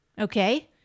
okay